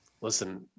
listen